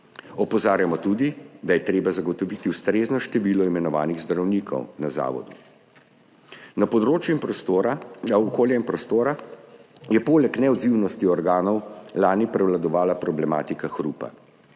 Opozarjamo tudi, da je treba zagotoviti ustrezno število imenovanih zdravnikov na zavodu. Na področju okolja in prostora je poleg neodzivnosti organov lani prevladovala problematika hrupa.